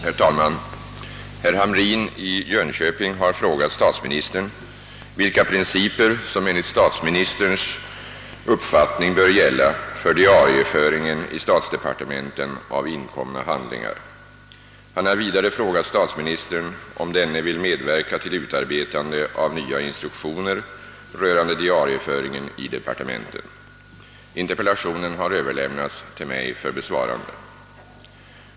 Herr talman! Herr Hamrin i Jönköping har frågat statsministern vilka principer som enligt statsministerns uppfattning bör gälla för diarieföringen i statsdepartementen av inkomna handlingar. Han har vidare frågat statsministern om denne vill medverka till utarbetande av nya instruktioner rörande diarieföringen i departementen. Interpellationen har överlämnats till mig för besvarande.